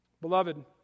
Beloved